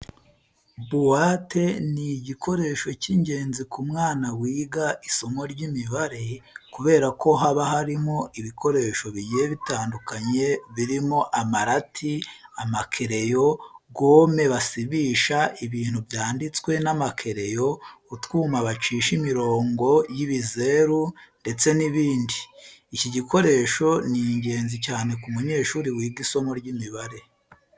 Buwate ni igikoresho cy'ingenzi ku mwana wiga isomo ry'imibare kubera ko haba harimo ibikoresho bigiye bitandukanye birimo amarati, amakereyo, gome basibisha ibintu byanditswe n'amakereyo, utwuma bacisha imirongo y'ibizeru ndetse n'ibindi. Iki gikoresho ni ingenzi cyane ku munyeshuri wiga isomo ry'imibare.